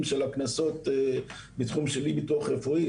של הקנסות בחום של אי ביטוח רפואי.